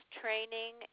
training